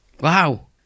Wow